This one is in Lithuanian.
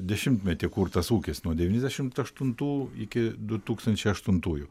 dešimtmetį kurtas ūkis nuo devyniasdešimt aštuntų iki du tūkstančiai aštuntųjų